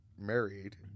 married